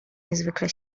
niezwykle